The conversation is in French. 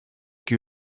qui